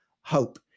hope